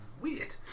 weird